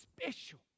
special